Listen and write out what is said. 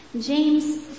James